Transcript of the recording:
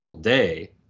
day